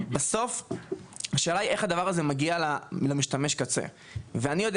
בסוף השאלה איך הדבר הזה מגיע למשתמש הקצה ואני יודע